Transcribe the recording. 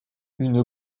une